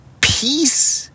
peace